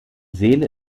seele